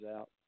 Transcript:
out